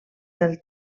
del